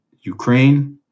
Ukraine